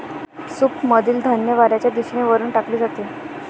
सूपमधील धान्य वाऱ्याच्या दिशेने वरून टाकले जाते